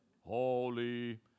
holy